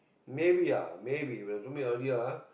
maybe lah maybe when I come here earlier ah